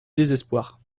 désespoir